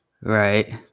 Right